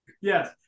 Yes